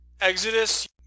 exodus